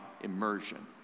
immersion